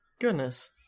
goodness